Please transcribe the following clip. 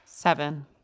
Seven